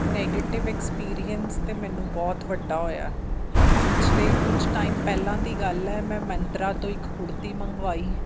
negative experience ਤਾਂ ਮੈਨੂੰ ਬਹੁਤ ਵੱਡਾ ਹੋਇਆ ਪਿਛਲੇ ਕੁਛ ਟਾਈਮ ਪਹਿਲਾਂ ਦੀ ਗੱਲ ਹੈ ਮੈਂ ਮਿੰਤਰਾ ਤੋਂ ਇੱਕ ਕੁੜਤੀ ਮੰਗਵਾਈ